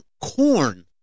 corn